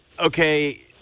okay